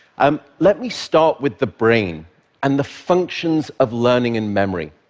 um let me start with the brain and the functions of learning and memory,